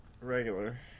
regular